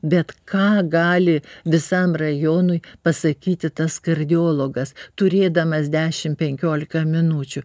bet ką gali visam rajonui pasakyti tas kardiologas turėdamas dešim penkiolika minučių